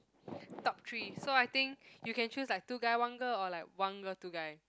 top three so I think you can choose like two guy one girl or like one girl two guy